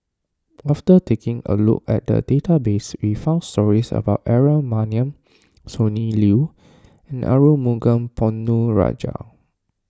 after taking a look at the database we found stories about Aaron Maniam Sonny Liew and Arumugam Ponnu Rajah